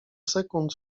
sekund